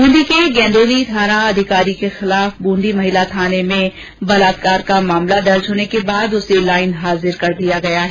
बूंदी के गेण्दोली थाना अधिकारी के खिलाफ ब्रंदी महिला थाने में बलात्कार का मामला दर्ज होने के बाद उसे लाइन हाजिर कर दिया गया है